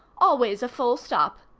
always a full stop.